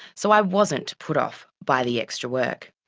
so i wasn't put off by the extra work.